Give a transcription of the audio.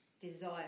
desire